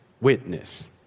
witness